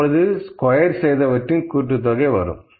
அப்பொழுது ஸ்கொயர் செய்தவற்றின் கூட்டுத்தொகை வரும்